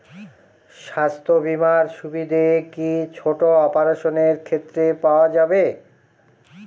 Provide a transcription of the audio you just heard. স্বাস্থ্য বীমার সুবিধে কি ছোট অপারেশনের ক্ষেত্রে পাওয়া যাবে?